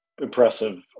impressive